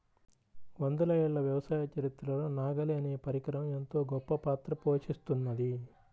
వందల ఏళ్ల వ్యవసాయ చరిత్రలో నాగలి అనే పరికరం ఎంతో గొప్పపాత్ర పోషిత్తున్నది